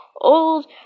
old